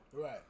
right